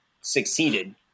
succeeded